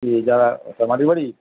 কি যারা তোমাদের বাড়ির